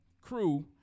crew